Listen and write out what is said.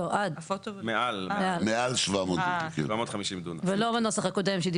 יש עוד כמה תיקוני נוסח.